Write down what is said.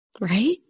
Right